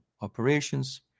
operations